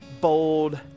bold